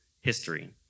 history